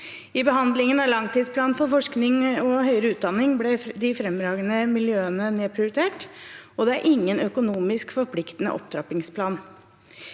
I behandlingen av langtidsplanen for forskning og høyere utdanning ble de fremragende miljøene nedprioritert, og det er ingen økonomisk forpliktende opptrappingsplan.